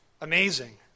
amazing